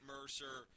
Mercer